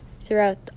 throughout